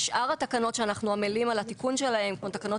שאר התקנות שאנחנו עמלים על התיקון שלהן כמו תקנות